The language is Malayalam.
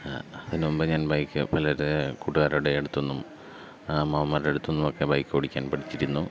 അതിന് മുമ്പ് ഞാൻ ബൈക്ക് പലരെ കുടുകാരുടെ അടുത്തു നിന്നും മാമന്മാരുടെ അടുത്തു നിന്നൊക്കെ ബൈക്ക് ഓടിക്കാൻ പഠിച്ചിരുന്നു